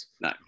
no